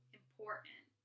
important